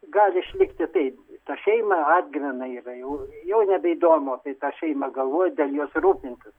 gali išlikti taip ta šeima atgyvena yra jau jau nebeįdomu apie tą šeimą galvoji dėl jos rūpintis